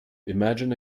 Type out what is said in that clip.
imagine